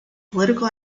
political